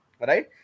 right